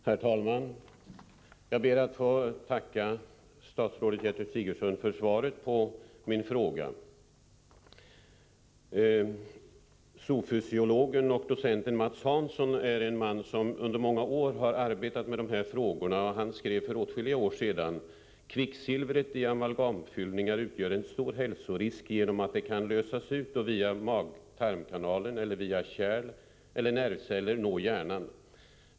Herr talman! Jag ber att få tacka statsrådet Gertrud Sigurdsen för svaret på min fråga. Zoofysiologen och docenten Mats Hansson har under många år arbetat med de frågor jag aktualiserat. För åtskilliga år sedan skrev han: ”Kvicksilvret i amalgamfyllningar utgör en stor hälsorisk genom att det kan lösas ut och via mag-tarmkanalen eller via kärl eller nervceller nå hjärnan.